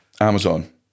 Amazon